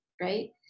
right